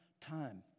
time